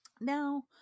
Now